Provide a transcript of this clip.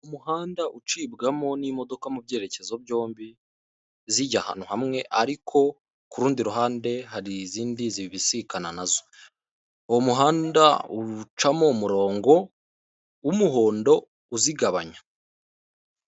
Umuhanda ucibwamo n'imodoka mu byerekezo byombi zijya ahantu hamwe; ariko ku rundi ruhande hari izindi zibisikana na zo. Uwo muhanda ucamo umurongo w'umuhondo, uzigabanya.